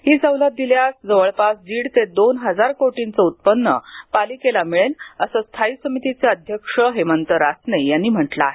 ही सवलत दिल्यास जवळपास दीड ते दोन हजार कोटींचं उत्पन्न पालिकेला मिळेल असं स्थायी समितीचे अध्यक्ष हेमंत रासने यांनी म्हटले आहे